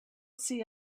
see